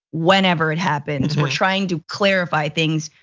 whenever it happens, we're trying to clarify things.